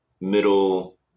middle